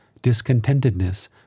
discontentedness